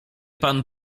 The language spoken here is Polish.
pan